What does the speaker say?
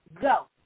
Go